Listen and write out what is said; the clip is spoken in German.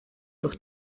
durch